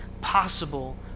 possible